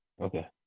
Okay